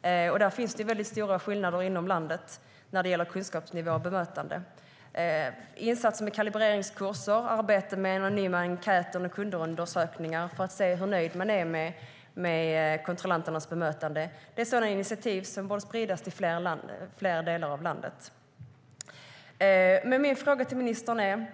Det finns stora skillnader inom landet när det gäller kunskapsnivå och bemötande. Insatser med kalibreringskurser och arbete med anonyma enkäter med kundundersökningar för att se hur nöjd man är med kontrollanternas bemötande är sådana initiativ som borde spridas till fler delar av landet. Jag har några frågor till ministern.